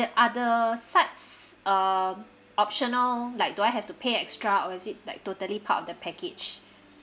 are the sites uh optional like do I have to pay extra or is it like totally part of the package